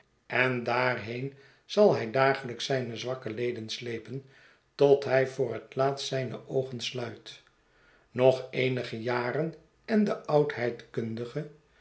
en daarheen zal hij dagelijks zijne zwakke led en slepen tot hij voor het laatst zijne oogen sluit nog eenige jaren en de